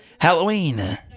Halloween